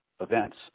events